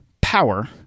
power